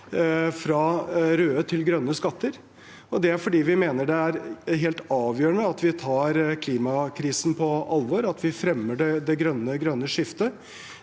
fra røde til grønne skatter. Det er fordi vi mener det er helt avgjørende at vi tar klimakrisen på alvor, at vi fremmer det grønne skiftet.